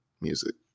music